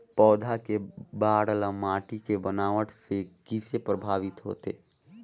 पौधा के बाढ़ ल माटी के बनावट से किसे प्रभावित होथे?